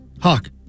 Hawk